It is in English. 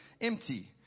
empty